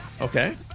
okay